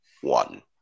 one